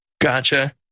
Gotcha